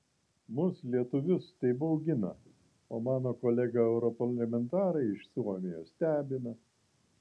mus lietuvius tai baugina o mano kolegą europarlamentarą iš suomijos stebina